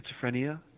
schizophrenia